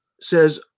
says